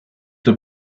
the